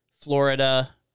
Florida